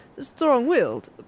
Strong-willed